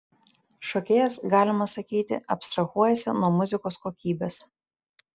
šokėjas galima sakyti abstrahuojasi nuo muzikos kokybės